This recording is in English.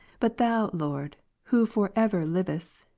but thou, lord, who for ever livest,